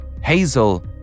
Hazel